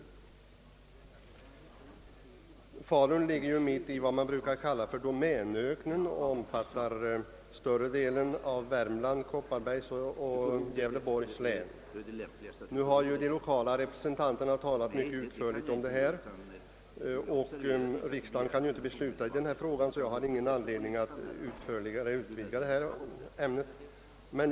; Falun ligger ju mitt i vad som brukar kallas »domänöknen» och som omfattar :större delen av Värmlands, Kopparbergs och Gävleborgs län. Nu har de lokala representanterna från Örebro län redogjort mycket utförligt för saken, och riksdagen kan ju inte besluta i frågan, varför jag inte har någon anledning att utförligare redogöra därför.